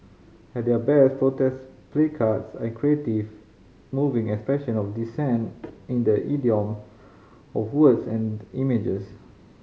at their best protest placards are creative moving expression of dissent in the idiom of words and images